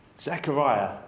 Zechariah